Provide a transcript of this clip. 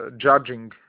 judging